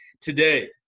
today